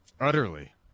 Utterly